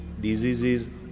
diseases